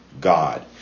God